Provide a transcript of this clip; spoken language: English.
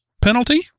penalty